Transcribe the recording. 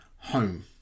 home